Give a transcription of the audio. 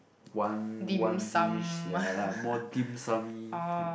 one one dish more dim sum-my kind of